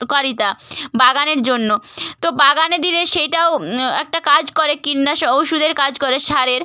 বাগানের জন্য তো বাগানে দিলে সেইটাও একটা কাজ করে কীটনাশক ওষুদের কাজ করে সারের